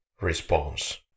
response